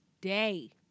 day